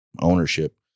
ownership